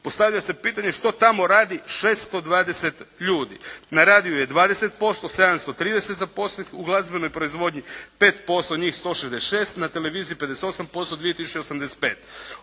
Postavlja se pitanje što tamo radi 620 ljudi. Na radiju je 20% 730 zaposlenih, u glazbenoj proizvodnji 5% njih 166, na televiziji 58% 2